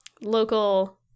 local